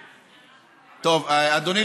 אדוני,